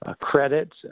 credit